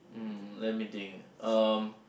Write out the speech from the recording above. um let me think um